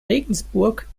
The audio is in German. regensburg